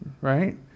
right